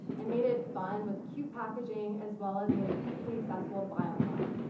and made it fun with cute packaging as well as made it easily accessible to buy online,